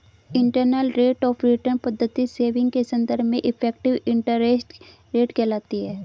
internal rate of return पद्धति saving के संदर्भ में इफेक्टिव इंटरेस्ट रेट कहलाती है